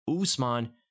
Usman